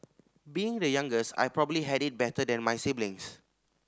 being the youngest I probably had it better than my siblings